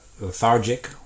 lethargic